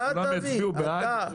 כולם יצביעו בעד.